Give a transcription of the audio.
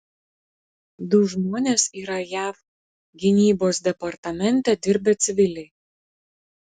du žmonės yra jav gynybos departamente dirbę civiliai